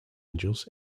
angels